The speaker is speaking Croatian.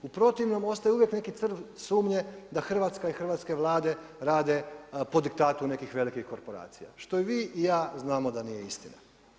U protivnom ostaje uvijek neki crv sumnje da Hrvatska i hrvatske vlade rade po diktatu nekih velikih korporacija, što i vi i ja znamo da nije istina.